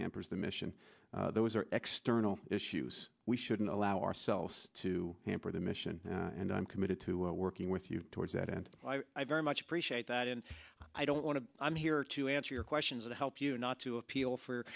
hampers the mission those are external issues we shouldn't allow ourselves to hamper the mission and i'm committed to working with you towards that and i very much appreciate that and i don't want to i'm here to answer your questions to help you not to appeal for